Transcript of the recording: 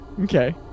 Okay